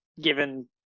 Given